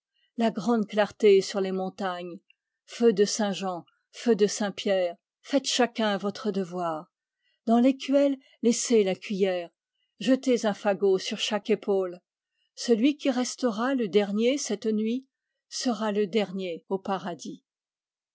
la grande clarté sur les montagnes feux de saint jean feux de saint pierre faites chacun votre devoir dans l'écuelle laissez la cuiller jetez un fagot sur chaque épaule celui qui restera le dernier cette nuit sera le dernier au paradis